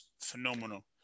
phenomenal